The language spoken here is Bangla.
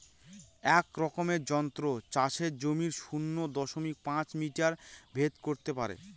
এক রকমের যন্ত্র চাষের জমির শূন্য দশমিক পাঁচ মিটার ভেদ করত পারে